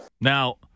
now